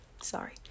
Sorry